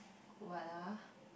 what ah